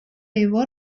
его